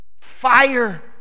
fire